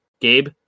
Gabe